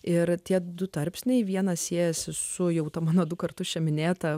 ir tie du tarpsniai vieną siejasi su jau ta mano du kartus čia minėta